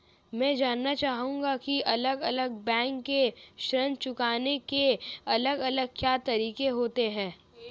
मैं जानना चाहूंगा की अलग अलग बैंक के ऋण चुकाने के अलग अलग क्या तरीके होते हैं?